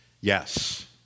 Yes